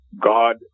God